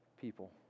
people